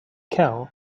cal